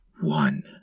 one